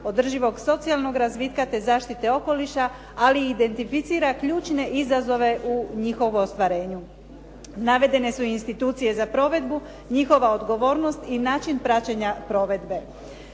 održivog socijalnog razvitka te zaštite okoliša, ali identificira ključne izazove u njihovom ostvarenju. Navedene su institucije za provedbu, njihova odgovornost i način praćenja provedbe.